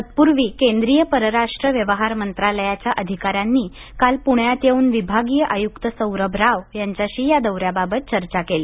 तत्पूर्वी केंद्रीय परराष्ट्र व्यवहार मंत्रालयाच्या अधिकाऱ्यांनी काल पुण्यात येऊन विभागीय आयुक्त सौरभ राव यांच्याशी या दौऱ्याबाबत चर्चा केली